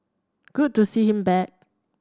good to see him back